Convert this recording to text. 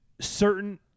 certain